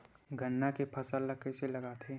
गन्ना के फसल ल कइसे लगाथे?